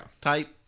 Type